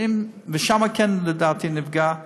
שם זה כן לדעתי נפגע,